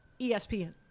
ESPN